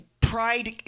pride